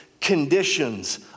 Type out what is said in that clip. Conditions